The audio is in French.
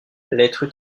lettres